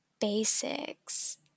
Basics